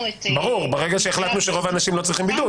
ברור, ברגע שהחלטנו שרוב האנשים לא צריכים בידוד.